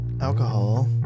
alcohol